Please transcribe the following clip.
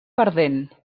perdent